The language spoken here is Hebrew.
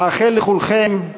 אאחל לכולכם,